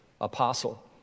apostle